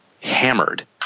hammered